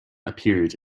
appeared